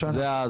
בשנה.